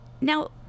Now